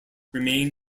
remain